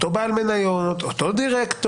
אותו בעל מניות או דירקטור,